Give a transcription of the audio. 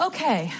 Okay